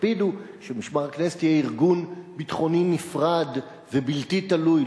הקפידו שמשמר הכנסת יהיה ארגון ביטחוני נפרד ובלתי תלוי,